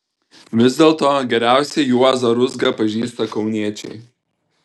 vis dėlto geriausiai juozą ruzgą pažįsta kauniečiai